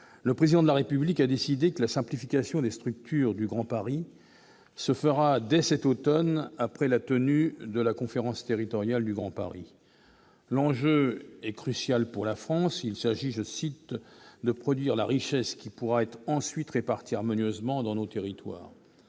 le Président de la République a décidé que la simplification des structures du Grand Paris se fera dès cet automne après la tenue de la conférence territoriale du Grand Paris. L'enjeu est crucial pour la France. Il s'agit de « produire la richesse qui pourra être ensuite répartie harmonieusement sur le territoire